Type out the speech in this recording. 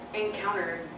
encountered